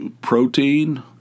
protein